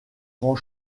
grand